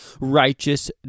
righteous